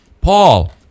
Paul